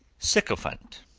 sycophant,